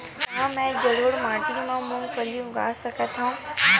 का मैं जलोढ़ माटी म मूंगफली उगा सकत हंव?